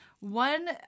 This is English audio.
one